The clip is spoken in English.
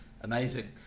Amazing